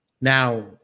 Now